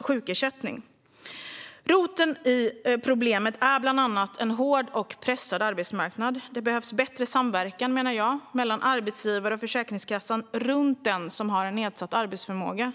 sjukersättning. Roten till problemet är bland annat en hård och pressad arbetsmarknad. Jag menar att det behövs bättre samverkan mellan arbetsgivarna och Försäkringskassan runt dem som har nedsatt arbetsförmåga.